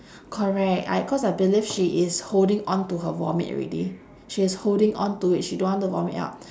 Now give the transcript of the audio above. correct I cause I believe she is holding onto her vomit already she is holding onto it she don't want to vomit out